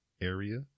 area